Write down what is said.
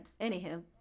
Anywho